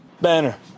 Banner